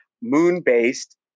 moon-based